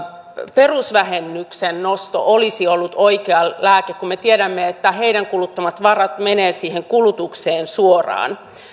perusvähennyksen nosto olisi ollut oikea lääke kun me tiedämme että heidän kuluttamansa varat menevät siihen kulutukseen suoraan